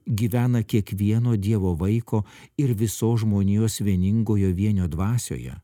gyvena kiekvieno dievo vaiko ir visos žmonijos vieningojo vienio dvasioje